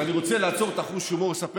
אז אני רוצה לעצור את חוש ההומור ולספר